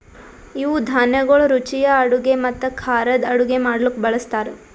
ಇವು ಧಾನ್ಯಗೊಳ್ ರುಚಿಯ ಅಡುಗೆ ಮತ್ತ ಖಾರದ್ ಅಡುಗೆ ಮಾಡ್ಲುಕ್ ಬಳ್ಸತಾರ್